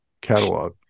catalog